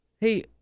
Hey